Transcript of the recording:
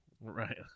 Right